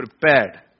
prepared